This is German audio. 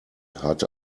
hat